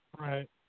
Right